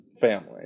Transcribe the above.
family